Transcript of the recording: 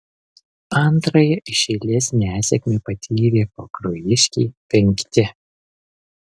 antrąją iš eilės nesėkmę patyrę pakruojiškiai penkti